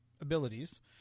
abilities